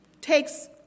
takes